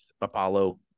Apollo